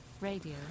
Radio